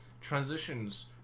transitions